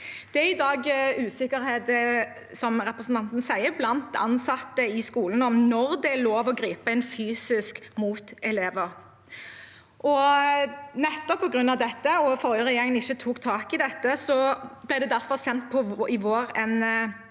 er det i dag usikkerhet blant ansatte i skolen om når det er lov å gripe inn fysisk mot elever. Nettopp på grunn av det og at forrige regjering ikke tok tak i dette, ble det derfor i vår